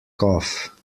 cough